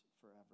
forever